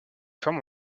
forment